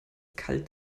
kalt